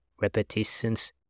repetitions